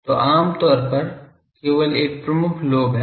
तो आमतौर पर केवल एक प्रमुख लोब है